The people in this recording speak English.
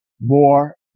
more